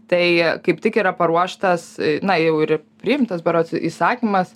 tai kaip tik yra paruoštas na jau ir priimtas berods įsakymas